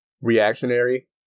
reactionary